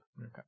Okay